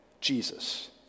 Jesus